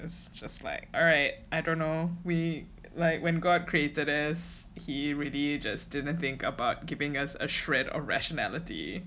it's just like alright I dunno we like when god created as us really just didn't think about giving us a shred of rationality